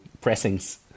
pressings